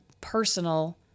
personal